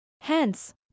Hence